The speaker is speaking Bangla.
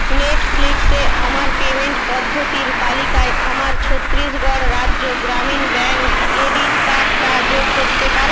নেটফ্লিক্সে আমার পেমেন্ট পদ্ধতির তালিকায় আমার ছত্তিশগড় রাজ্য গ্রামীণ ব্যাংক ক্রেডিট কার্ডটা যোগ করতে পারেন